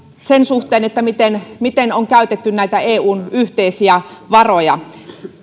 sen suhteen miten miten on käytetty näitä eun yhteisiä varoja